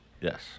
Yes